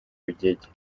rugege